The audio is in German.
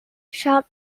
schaut